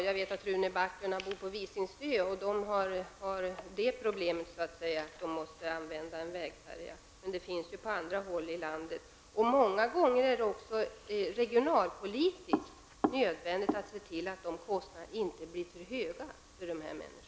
Jag vet att Rune Backlund bor på Visingsö, och där har man det problemet att man måste använda en vägfärja, men sådana finns ju även på andra håll i landet. Många gånger är det också regionalpolitiskt nödvändigt att se till att kostnaderna inte blir för höga för dessa människor.